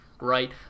right